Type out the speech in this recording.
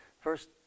First